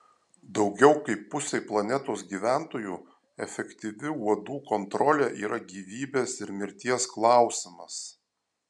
daugiau kaip pusei planetos gyventojų efektyvi uodų kontrolė yra gyvybės ir mirties klausimas